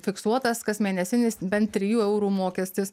fiksuotas kasmėnesinis bent trijų eurų mokestis